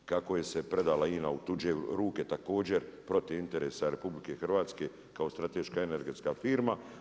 Kako se predala INA u tuđe ruke, također protiv interesa RH kao strateška energetska firma.